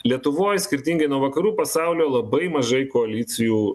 lietuvoj skirtingai nuo vakarų pasaulio labai mažai koalicijų